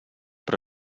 però